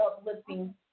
uplifting